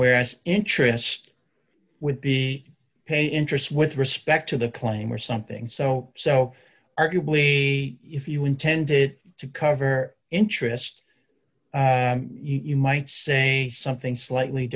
whereas interest would be paying interest with respect to the claim or something so so arguably if you intended to cover interest you might say something slightly